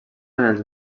els